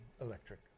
electric